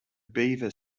beaver